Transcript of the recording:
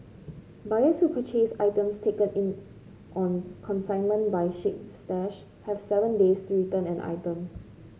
buyers who purchase items taken in on consignment by Chic Stash have seven days to return an item